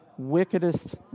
wickedest